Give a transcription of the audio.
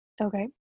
Okay